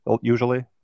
usually